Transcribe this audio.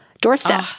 doorstep